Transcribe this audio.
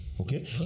Okay